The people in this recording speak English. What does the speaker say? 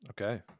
Okay